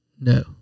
No